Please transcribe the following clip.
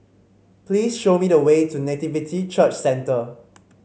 please show me the way to Nativity Church Centre